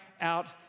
out